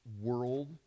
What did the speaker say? world